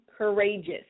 courageous